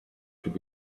could